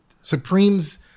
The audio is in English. supremes